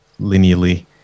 linearly